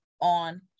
on